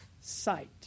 sight